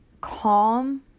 calm